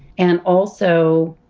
and also,